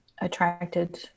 attracted